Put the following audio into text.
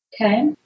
Okay